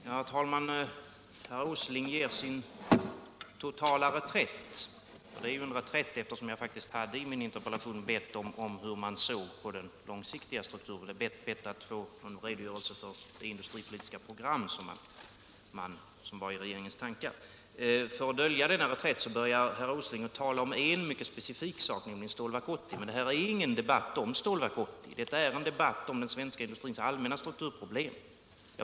Herr talman! Herr Åsling gör en total reträtt. Det är ju en reträtt, eftersom jag i min interpellation har bett om att få veta hur man såg på den långsiktiga strukturen och att få en redogörelse för det industripolitiska program som var i regeringens tankar. För att dölja denna reträtt börjar herr Åsling med att tala om en mycket specifik sak, nämligen Stålverk 80. Men det här är ingen debatt om Stålverk 80. Detta är en debatt om den svenska industrins allmänna strukturproblem.